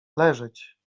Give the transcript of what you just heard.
leżeć